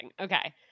Okay